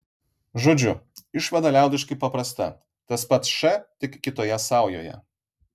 žodžiu išvada liaudiškai paprasta tas pats š tik kitoje saujoje